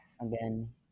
again